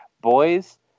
Boys